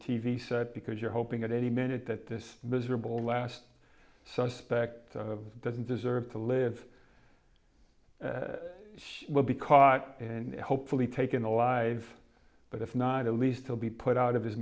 v set because you're hoping at any minute that this miserable last suspect doesn't deserve to live she will be caught and hopefully taken alive but if not at least he'll be put out of his